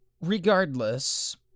Regardless